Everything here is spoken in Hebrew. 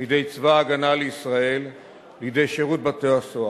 מידי צבא-הגנה-לישראל לידי שירות בתי-הסוהר.